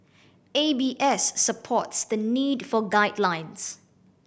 A B S supports the need for guidelines